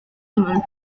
simon